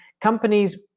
companies